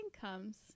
comes